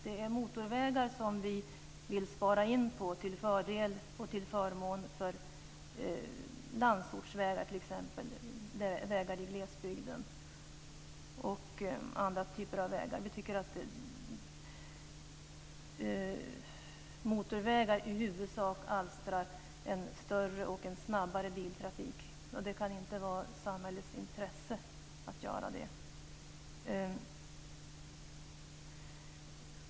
Det är motorvägar som vi vill spara in på till förmån för t.ex. landsortsvägar, vägar i glesbygden och andra typer av vägar. Vi tycker att motorvägar i huvudsak alstrar en större och snabbare biltrafik. Och det kan inte vara i samhällets intresse att göra det.